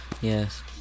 Yes